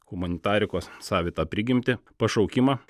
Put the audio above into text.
humanitarikos savitą prigimtį pašaukimą